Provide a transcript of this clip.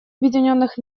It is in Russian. объединенных